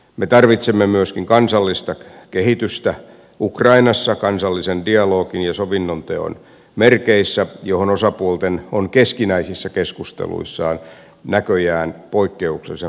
me tarvitsemme myöskin kansallista kehitystä ukrainassa kansallisen dialogin ja sovinnonteon merkeissä mihin osapuolten on keskinäisissä keskusteluissaan näköjään poikkeuksellisen vaikeaa päästä